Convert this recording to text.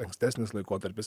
ankstesnis laikotarpis